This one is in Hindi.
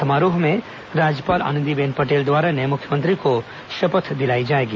समारोह में राज्यपाल आनंदीबेन पटेल द्वारा नये मुख्यमंत्री को शपथ दिलाई जाएगी